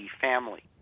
family